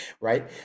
right